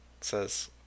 says